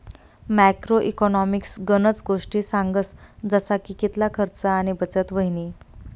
macro economics गनज गोष्टी सांगस जसा की कितला खर्च आणि बचत व्हयनी